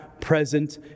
present